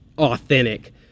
authentic